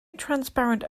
transparent